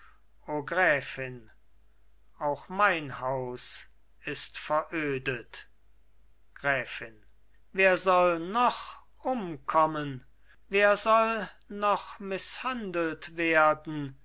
gräfin auch mein haus ist verödet gräfin wer soll noch umkommen wer soll noch mißhandelt werden